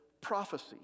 prophecy